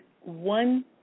one